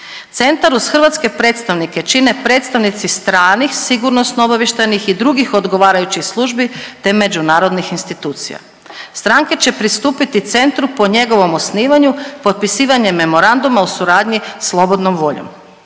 Centra uz hrvatske predstavnike čine predstavnici stranih sigurnosno obavještajnih i drugih odgovarajućih službi te međunarodnih institucija. Stranke će pristupiti centru po njegovom osnivanju potpisivanjem memoranduma u suradnji slobodnom voljom.